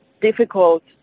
difficult